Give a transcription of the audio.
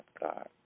God